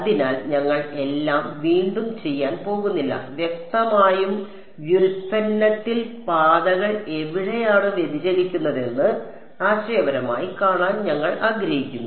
അതിനാൽ ഞങ്ങൾ എല്ലാം വീണ്ടും ചെയ്യാൻ പോകുന്നില്ല വ്യക്തമായും വ്യുൽപ്പന്നത്തിൽ പാതകൾ എവിടെയാണ് വ്യതിചലിക്കുന്നതെന്ന് ആശയപരമായി കാണാൻ ഞങ്ങൾ ആഗ്രഹിക്കുന്നു